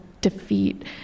defeat